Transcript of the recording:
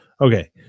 Okay